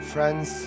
Friends